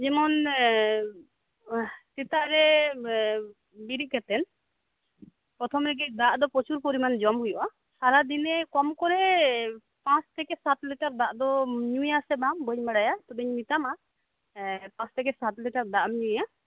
ᱡᱮᱢᱚᱱ ᱥᱮᱛᱟᱜ ᱨᱮ ᱵᱤᱨᱤᱫ ᱠᱟᱛᱮᱱ ᱯᱨᱚᱛᱷᱚᱢᱮᱜᱮ ᱫᱟᱜ ᱫᱚ ᱯᱨᱚᱪᱩᱨ ᱯᱚᱨᱤᱢᱟᱱ ᱡᱚᱢ ᱦᱩᱭᱩᱜ ᱟ ᱥᱟᱨᱟᱫᱤᱱᱮ ᱠᱚᱢᱠᱚᱨᱮ ᱯᱟᱸᱪ ᱛᱷᱮᱠᱮ ᱥᱟᱛᱞᱤᱴᱟᱨ ᱫᱟᱜ ᱫᱚᱢ ᱧᱩᱭᱟᱥᱮ ᱵᱟᱝ ᱵᱟᱹᱧ ᱵᱟᱲᱟᱭᱟ ᱛᱚᱵᱮᱧ ᱢᱮᱛᱟᱢᱟ ᱯᱟᱸᱪ ᱛᱷᱮᱠᱮ ᱥᱟᱛᱞᱤᱴᱟᱨ ᱫᱟᱜᱮᱢ ᱧᱩᱭᱟ